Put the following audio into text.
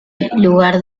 lugar